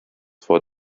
vor